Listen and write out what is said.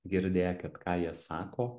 girdėkit ką jie sako